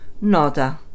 Nota